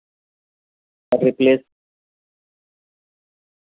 آپ ریپلیس